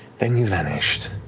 then, you vanished.